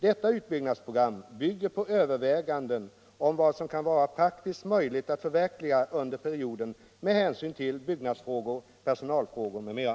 Detta utbyggnadsprogram grundar sig på överväganden om vad som kan vara praktiskt möjligt att förverkliga under perioden med hänsyn till byggnadsfrågor, personaltrågor m.m.